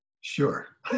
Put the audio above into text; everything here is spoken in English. Sure